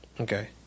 okay